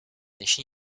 jeśli